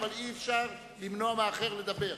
אבל אי-אפשר למנוע מהאחר לדבר.